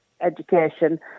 education